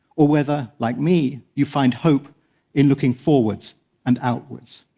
or whether, like me, you find hope in looking forwards and outwards.